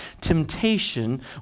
temptation